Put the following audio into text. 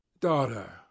Daughter